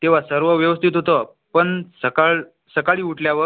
तेव्हा सर्व व्यवस्थित होतं पण सकाळ सकाळी उठल्यावर